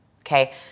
Okay